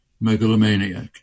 megalomaniac